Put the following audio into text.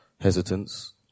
hesitance